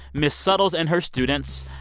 ms. suttles and her students,